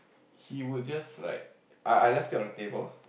he would just like I I left it on the table